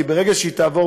כי ברגע שהיא תעבור,